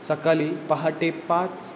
सकाळी पहाटे पाच